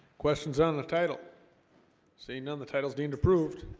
questions on the title seeing none the titles deemed approved